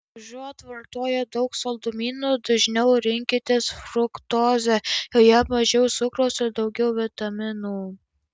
užuot vartoję daug saldumynų dažniau rinkitės fruktozę joje mažiau cukraus ir daugiau vitaminų